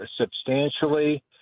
substantially